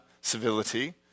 Civility